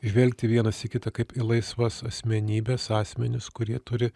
žvelgti vienas į kitą kaip į laisvas asmenybes asmenis kurie turi